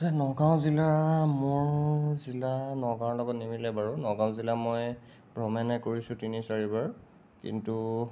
এতিয়া নগাঁও জিলা মোৰ জিলা নগাঁও লগত নিমিলে বাৰু নগাঁও জিলা মই ভ্ৰমণহে কৰিছোঁ তিনি চাৰিবাৰ কিন্তু